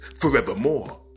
forevermore